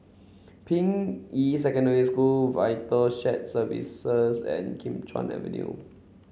Ping Yi Secondary School VITAL Shared Services and Kim Chuan Avenue